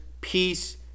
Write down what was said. peace